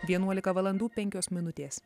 vienuolika valandų penkios minutės